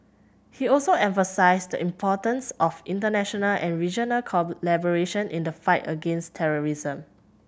he also emphasised the importance of international and regional collaboration in the fight against terrorism